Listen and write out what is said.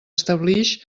establix